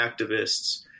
activists